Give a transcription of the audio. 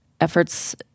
efforts